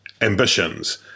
ambitions